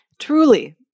Truly